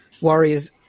Warriors